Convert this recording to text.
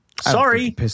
sorry